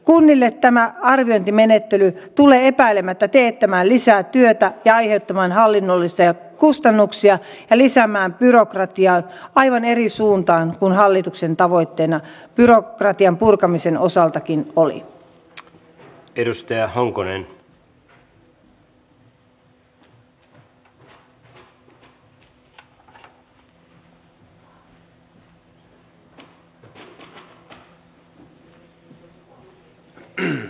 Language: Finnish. kunnille tämä arviointimenettely tulee epäilemättä teettämään lisää työtä ja aiheuttamaan hallinnollisia kustannuksia ja lisäämään byrokratiaa aivan eri suuntaan kuin hallituksen tavoitteena byrokratian purkamisen osaltakin oli